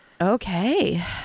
okay